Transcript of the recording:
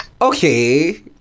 okay